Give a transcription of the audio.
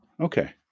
Okay